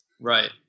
Right